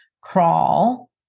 crawl